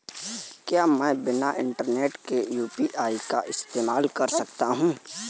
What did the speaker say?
क्या मैं बिना इंटरनेट के यू.पी.आई का इस्तेमाल कर सकता हूं?